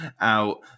out